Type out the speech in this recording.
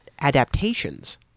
adaptations